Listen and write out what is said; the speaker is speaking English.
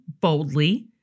Boldly